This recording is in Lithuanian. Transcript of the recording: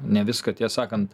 ne viską tiesą sakant